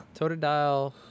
Totodile